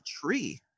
tree